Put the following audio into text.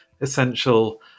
essential